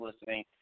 listening